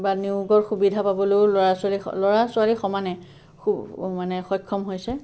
বা নিয়োগৰ সুবিধা পাবলৈও ল'ৰা ছোৱালীয়ে ল'ৰা ছোৱালী সমানে মানে সক্ষম হৈছে